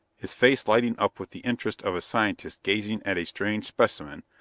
his face lighting up with the interest of a scientist gazing at a strange specimen,